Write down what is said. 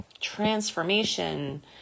Transformation